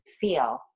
feel